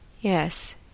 Yes